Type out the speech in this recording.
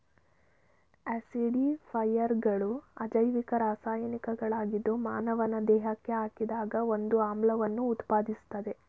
ಆಸಿಡಿಫೈಯರ್ಗಳು ಅಜೈವಿಕ ರಾಸಾಯನಿಕಗಳಾಗಿದ್ದು ಮಾನವನ ದೇಹಕ್ಕೆ ಹಾಕಿದಾಗ ಒಂದು ಆಮ್ಲವನ್ನು ಉತ್ಪಾದಿಸ್ತದೆ